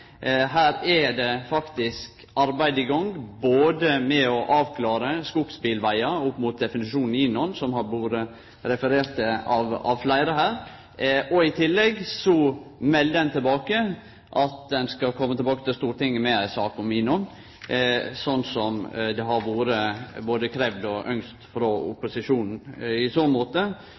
Her er det faktisk arbeid i gang, både med å avklare skogsbilvegar opp mot definisjonen av INON, som det har vore referert til av fleire her, og i tillegg så melder ein tilbake at ein skal kome tilbake til Stortinget med ei sak om INON, slik som det både har vore kravd og ynskt frå opposisjonen. I så måte